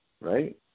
Right